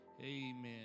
Amen